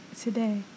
today